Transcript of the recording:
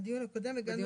בדיון הקודם הגענו